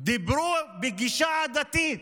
דיברו בגישה עדתית.